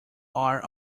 are